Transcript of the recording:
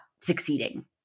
succeeding